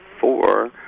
four